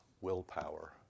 Willpower